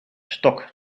stok